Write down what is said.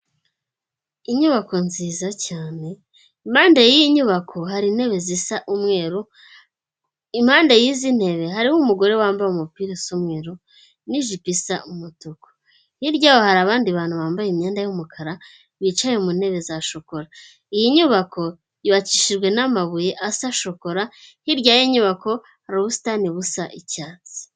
Inyubako nziza cyane impande y'iyi nyubako hari intebe zisa umweru, impande y'izi ntebe hariho umugore wambaye umupirausa umweru n'ijipo isa umutuku, hirya hari abandi bantu bambaye imyenda y'umukara bicaye mu ntebe za shokora, iyi nyubako y'ubakishijwe n'amabuye asa shokora, hirya y'inyubako ubusitani busa icyatsi.